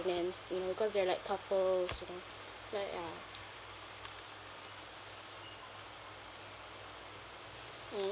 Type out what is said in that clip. ~nance you know cause they're like couples you know like ah mm